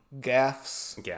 gaffs